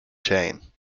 chain